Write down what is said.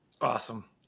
Awesome